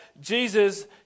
Jesus